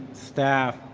staff,